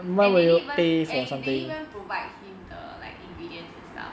and they didn't even and they didn't even provide him the like ingredients and stuff